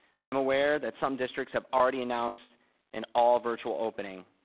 i'm aware that some districts have already announced an all virtual opening.